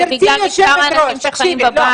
זה בגלל מספר אנשים שחיים בבית.